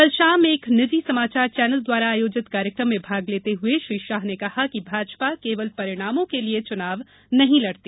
कल शाम एक निजी समाचार चैनल द्वारा आयोजित कार्यक्रम में भाग लेते हुए श्री शाह ने कहा कि भाजपा केवल परिणामों के लिए चुनाव नहीं लड़ती